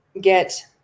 get